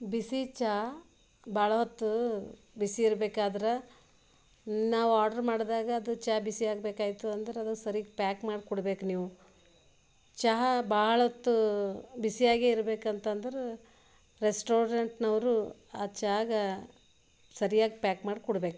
ಬಿಸಿ ಚಾ ಭಾಳ ಹೊತ್ತು ಬಿಸಿ ಇರ್ಬೇಕಾದ್ರೆ ನಾವು ಆರ್ಡರ್ ಮಾಡಿದಾಗ ಅದು ಚಾ ಬಿಸಿಯಾಗ್ಬೇಕಾಗಿತ್ತು ಅಂದರದು ಸರೀಗೆ ಪ್ಯಾಕ್ ಮಾಡಿ ಕೊಡ್ಬೇಕ್ ನೀವು ಚಹಾ ಭಾಳೊತ್ತು ಬಿಸಿಯಾಗೇ ಇರ್ಬೇಕಂತಂದ್ರೆ ರೆಸ್ಟೋರೆಂಟ್ನವರು ಆ ಚಾಗೆ ಸರಿಯಾಗಿ ಪ್ಯಾಕ್ ಮಾಡಿ ಕೊಡ್ಬೇಕ್